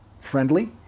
friendly